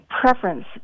preference